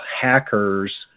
hackers